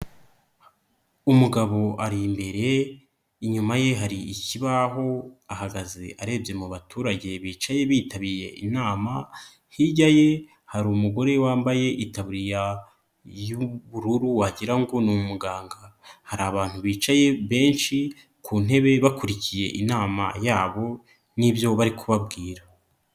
Umugabo ari imbere, inyuma ye hari ikibaho, ahagaze arebye mu baturage bicaye bitabiriye inama, hirya ye hari umugore wambaye itaburiya y'Ubururu wagirango ngo ni umuganga, hari abantu bicaye benshi ku ntebe bakurikiye inama yabo, n'ibyo bari kubabwira.